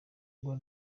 ugwa